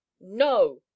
No